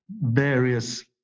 various